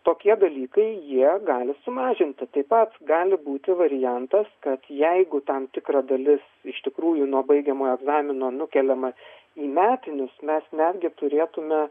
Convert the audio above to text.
tokie dalykai jie gali sumažinti taip pat gali būti variantas kad jeigu tam tikra dalis iš tikrųjų nuo baigiamojo egzamino nukeliamas į metinius mes netgi turėtume